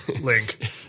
Link